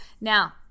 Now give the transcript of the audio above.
Now